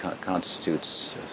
constitutes